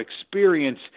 experience